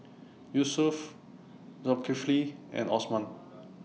Yusuf Zulkifli and Osman